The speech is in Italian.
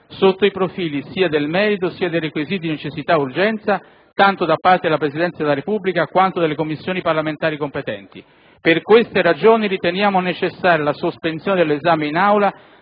sotto i profili, sia del merito sia dei requisiti di necessità e urgenza, tanto da parte della Presidenza della Repubblica, quanto delle Commissioni parlamentari competenti. Per queste ragioni riteniamo necessaria la sospensione dell'esame in Aula